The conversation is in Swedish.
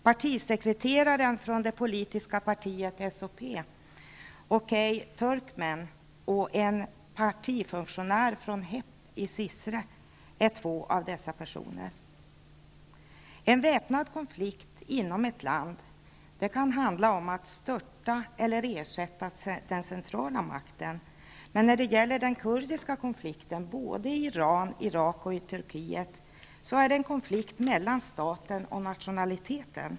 Partisekreteraren från det politiska partiet SHP Oktay Türkmen och en partifunktionär från HEP i Cirt är två av dessa personer. En väpnad konflikt inom ett land kan handla om att störta och ersätta den centrala makten. När det gäller den kurdiska konflikten i Iran, Irak och Turkiet handlar det om en konflikt mellan staten och nationaliteten.